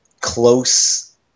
close